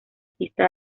pista